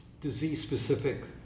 disease-specific